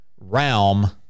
realm